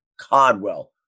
Codwell